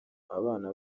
abana